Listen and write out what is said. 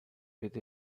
with